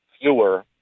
fewer